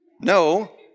No